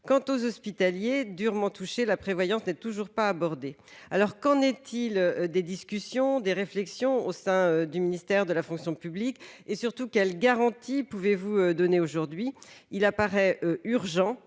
Pour les hospitaliers, durement touchés, la prévoyance n'est toujours pas abordée. Qu'en est-il des discussions et réflexions au sein du ministère de la fonction publique ? Surtout, quelles garanties pouvez-vous donner aujourd'hui ? Il paraît urgent